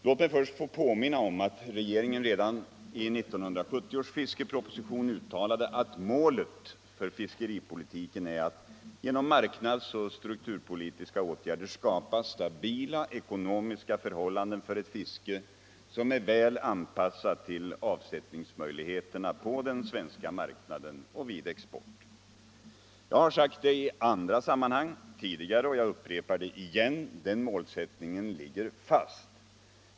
Låt mig först få påminna om att regeringen i 1970 års fiskeproposition uttalade att målet för fiskeripolitiken är att genom marknadsoch strukturpolitiska åtgärder skapa stabila ekonomiska förhållanden för ett fiske som är väl anpassat till avsättningsmöjligheterna på den svenska marknaden och vid export. Jag har sagt det i andra sammanhang tidigare, och jag säger det återigen: Den målsättningen ligger fast.